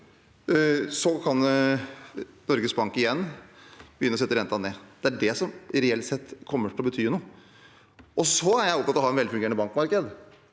da kan Norges Bank igjen begynne å sette renten ned. Det er det som reelt sett kommer til å bety noe. Så er jeg opptatt av at vi skal ha et velfungerende bankmarked